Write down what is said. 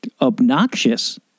obnoxious